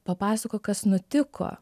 papasakok kas nutiko